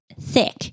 Thick